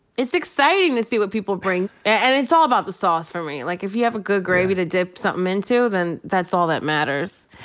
it's exciting to see what people bring. and and it's all about the sauce for me. like, if you have a good gravy to dip somethin' into, then that's all that matters.